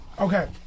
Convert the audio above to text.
Okay